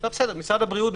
משרד הבריאות,